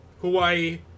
Hawaii